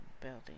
building